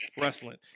wrestling